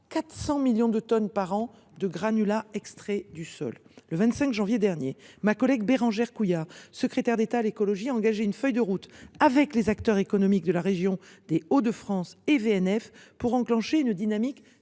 400 millions de tonnes par an de granulats extraits du sol. Le 25 janvier dernier, ma collègue Bérangère Couillard, secrétaire d’État chargée de l’écologie, a engagé une feuille de route avec les acteurs économiques de la région des Hauts de France et VNF pour enclencher une dynamique